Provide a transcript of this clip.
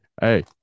hey